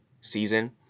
season